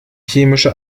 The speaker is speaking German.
chemische